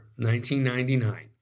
1999